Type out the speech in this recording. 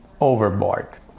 overboard